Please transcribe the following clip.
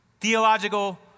theological